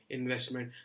investment